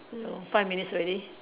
ya lor five minutes already